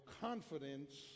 confidence